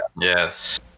yes